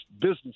business